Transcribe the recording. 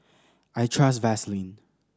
I trust Vaselin